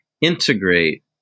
integrate